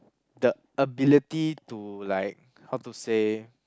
the ability to like how to say